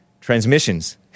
Transmissions